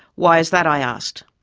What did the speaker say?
why is that? i asked.